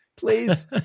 Please